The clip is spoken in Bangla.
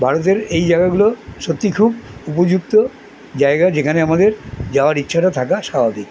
ভারতের এই জায়গাগুলো সত্যিই খুব উপযুক্ত জায়গা যেখানে আমাদের যাওয়ার ইচ্ছাটা থাকা স্বাভাবিক